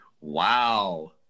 Wow